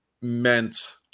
meant